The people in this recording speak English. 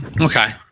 Okay